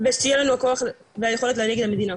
ושיהיה לנו הכוח והיכולת להנהיג את המדינה,